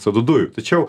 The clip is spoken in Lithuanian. co du dujų tačiau